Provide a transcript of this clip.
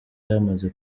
yamaze